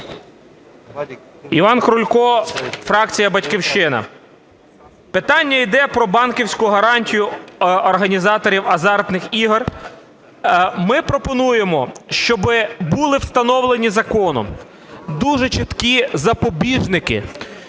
Іван Крулько, фракція "Батьківщина". Питання іде про банківську гарантію організаторів азартних ігор. Ми пропонуємо, щоб були встановлені законом дуже чіткі запобіжники